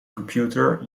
computer